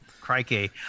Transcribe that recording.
crikey